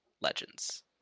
Legends